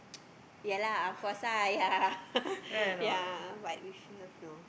ya lah of course ah yeah yeah but if have no